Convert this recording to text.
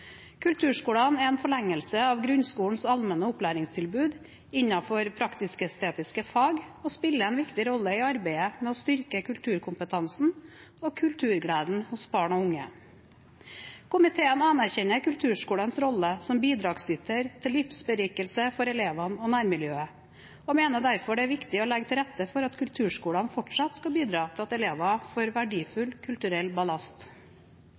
Kulturskolene er en forlengelse av grunnskolens allmenne opplæringstilbud innen praktisk-estetiske fag og spiller en viktig rolle i arbeidet med å styrke kulturkompetansen og kulturgleden hos barn og unge. Komiteen anerkjenner kulturskolenes rolle som bidragsyter til livsberikelse for elevene og nærmiljøet, og mener derfor det er viktig å legge til rette for at kulturskolene fortsatt skal bidra til at elever får verdifull kulturell